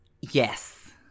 Yes